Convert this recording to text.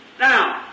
Now